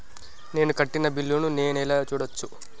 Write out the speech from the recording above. నేను కట్టిన బిల్లు ను నేను ఎలా చూడచ్చు?